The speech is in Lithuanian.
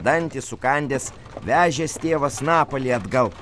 dantis sukandęs vežės tėvas napalį atgal